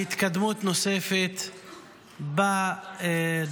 להתקדמות נוספת בדרום,